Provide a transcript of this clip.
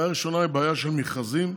בעיה ראשונה היא בעיה של מכרזים,